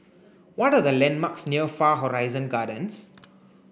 what the landmarks near Far Horizon Gardens